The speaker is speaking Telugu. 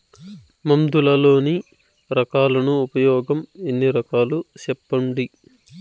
మందులలోని రకాలను ఉపయోగం ఎన్ని రకాలు? సెప్పండి?